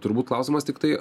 turbūt klausimas tiktai